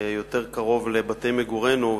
יותר קרוב לבתי מגורינו,